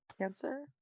cancer